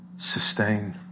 Sustain